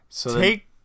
Take